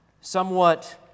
somewhat